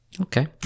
Okay